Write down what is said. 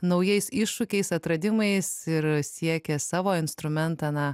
naujais iššūkiais atradimais ir siekia savo instrumentą na